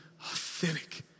authentic